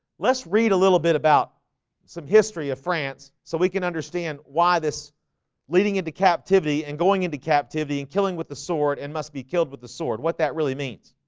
let's read a little bit about some history of france so we can understand why this leading into captivity and going into captivity and killing with the sword and must be killed with the sword what that really means